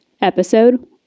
Episode